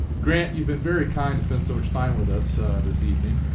grant, you've been very kind to spend so much time with us this evening.